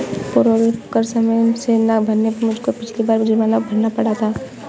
payroll कर समय से ना भरने पर मुझको पिछली बार जुर्माना भरना पड़ा था